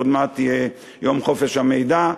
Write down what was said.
עוד מעט יהיה יום חופש המידע,